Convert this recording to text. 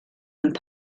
und